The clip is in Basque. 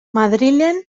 madrilen